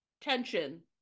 tension